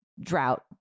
drought